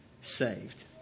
saved